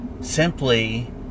simply